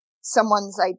someone's